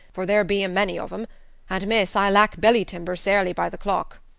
for there be a many of em an', miss, i lack belly-timber sairly by the clock.